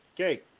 Okay